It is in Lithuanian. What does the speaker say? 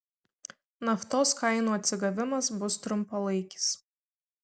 naftos kainų atsigavimas bus trumpalaikis